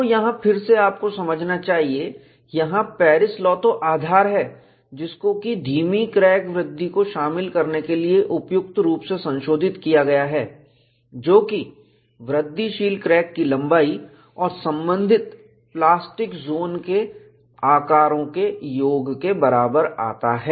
तो यहां फिर से आप को समझना चाहिए यहाँ पेरिस लॉ तो आधार है जिसको कि धीमी क्रैक वृद्धि को शामिल करने के लिए उपयुक्त रूप से संशोधित किया गया है जो कि वृद्धिशील क्रैक की लंबाई और संबंधित प्लास्टिक जोन के आकारों के योग के बराबर आता है